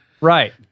Right